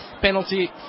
penalty